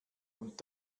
und